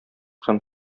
һәм